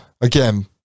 again